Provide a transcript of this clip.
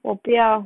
我不要